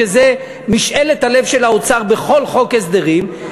שזה משאלת הלב של האוצר בכל חוק הסדרים,